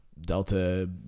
Delta